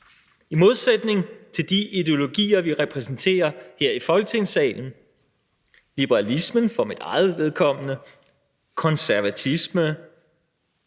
I modsætning til de ideologier, vi repræsenterer her i Folketingssalen, liberalismen for mit eget vedkommende, konservatisme